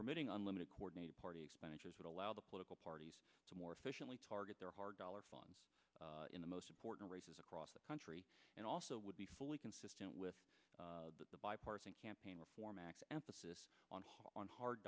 permitting unlimited coordinated party expenditures would allow the political parties to more efficiently target their hard dollars in the most important races across the country and also would be fully consistent with the bipartisan campaign reform act emphasis on on hard